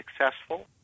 successful